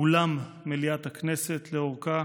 אולם מליאת הכנסת, לאורכה